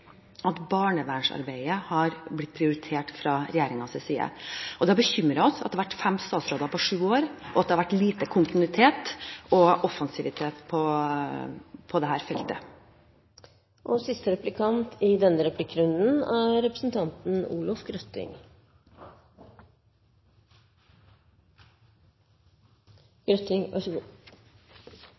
at barnevernsarbeidet blir prioritert fra regjeringens side. Det har bekymret oss at det har vært fem statsråder på sju år, og at det har vært lite kontinuitet og offensivitet på dette feltet. Vedtatt befolkningsgrunnlag i Oslo er på 600 000 innbyggere, og det er